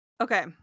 Okay